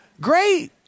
great